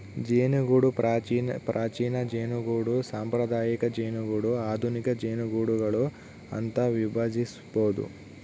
ಜೇನುಗೂಡು ಪ್ರಾಚೀನ ಜೇನುಗೂಡು ಸಾಂಪ್ರದಾಯಿಕ ಜೇನುಗೂಡು ಆಧುನಿಕ ಜೇನುಗೂಡುಗಳು ಅಂತ ವಿಭಜಿಸ್ಬೋದು